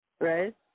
right